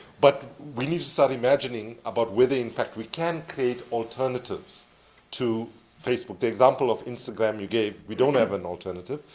but we need to start imagining about whether, in fact, we can create alternatives to facebook. the example of instagram you gave, we don't have an alternative.